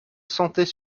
sentait